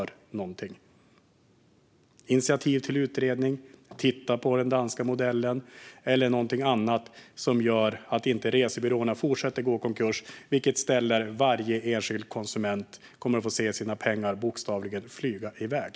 Det kan handla om ett initiativ till utredning, att titta på den danska modellen eller någonting annat som gör att resebyråerna inte fortsätter att gå i konkurs - vilket gör att varje enskild konsument får se sina pengar bokstavligen flyga iväg.